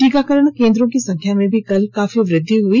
टीकाकरण केंद्रों की संख्या में भी कल काफी वृद्धि हुई